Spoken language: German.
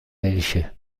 welche